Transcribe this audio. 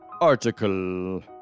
article